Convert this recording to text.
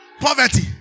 Poverty